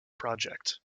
project